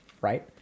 right